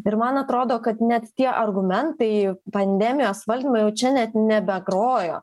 ir man atrodo kad net tie argumentai pandemijos valdymo jau čia net nebegrojo